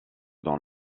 dans